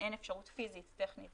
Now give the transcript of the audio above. אין אפשרות טכנית